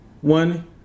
one